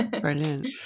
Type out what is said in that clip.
brilliant